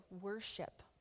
worship